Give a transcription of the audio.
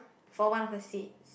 for one of the seats